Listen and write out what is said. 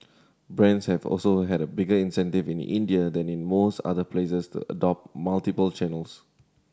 brands have also had a bigger incentive in India than in most other places to adopt multiple channels